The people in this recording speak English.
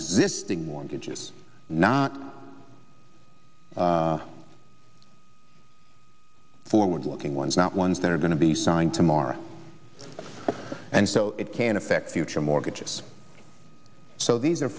existing mortgages not forward looking ones not ones that are going to be signed tomorrow and so it can affect future mortgages so these are